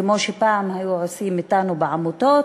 כמו שפעם היו עושים אתנו בעמותות.